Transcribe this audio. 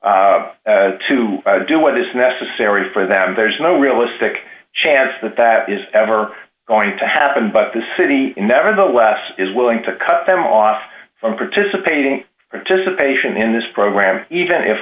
to do what is necessary for them there's no realistic chance that that is ever going to happen but the city nevertheless is willing to cut them off from participating just a patient in this program even if